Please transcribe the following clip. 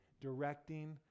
directing